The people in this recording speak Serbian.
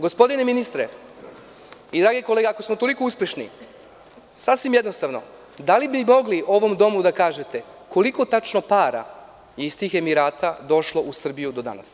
Gospodine ministre i drage kolege, ako smo toliko uspešni, da li bi mogli ovom Domu da kažete koliko je tačno para iz tih Emirata došlo u Srbiju do danas?